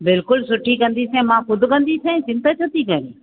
बिल्कुलु सुठी कंदी मां खुदि कंदसि चिंता छो थी करे